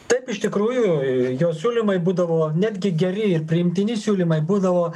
taip iš tikrųjų jo siūlymai būdavo netgi geri ir priimtini siūlymai būdavo